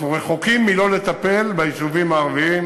אנחנו רחוקים מלא לטפל ביישובים הערביים